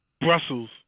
Brussels